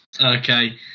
Okay